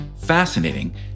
fascinating